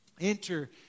Enter